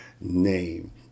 name